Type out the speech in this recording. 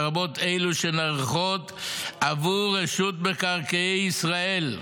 לרבות אלו שנערכות עבור רשות מקרקעי ישראל.